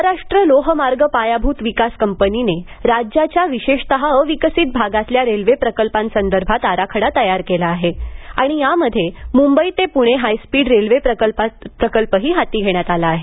महाराष्ट्र लोहमार्ग पायाभूत विकास कंपनीने राज्याच्या विशेषतः अविकसित भागातल्या रेल्वे प्रकल्पासंदर्भात आराखडा तयार केला आहे आणि यामध्ये मुंबई ते पुणे हायस्पीड रेल्वे प्रकल्पही हाती घेण्यात आला आहे